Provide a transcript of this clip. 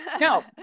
No